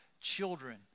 children